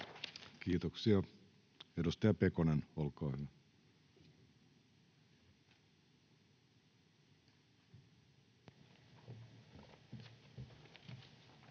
Kiitoksia. — Edustaja Pekonen, olkaa hyvä.